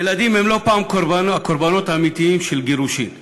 ילדים הם לא פעם הקורבנות האמיתיים של גירושין.